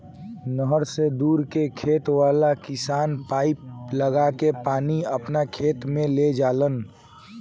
नहर से दूर के खेत वाला किसान पाइप लागा के पानी आपना खेत में ले जालन